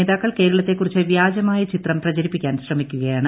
നേതാക്കൾ കേരളത്തെക്കുറിച്ച് വ്യാജമായ ചിത്രം പ്രചരിപ്പിക്കാൻ ശ്രമിക്കുകയാണ്